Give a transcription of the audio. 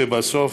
ובסוף,